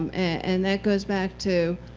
and that goes back to,